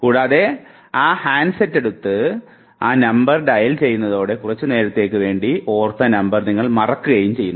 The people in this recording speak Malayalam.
കൂടാതെ ആ ഹാൻഡ്സെറ്റെടുത്ത് ആ നമ്പർ ഡയൽ ചെയ്യുന്നതോടെ കുറച്ചു നേരത്തേക്ക് വേണ്ടി ഓർത്ത നമ്പർ നിങ്ങൾ മറക്കുകയും ചെയ്യുന്നു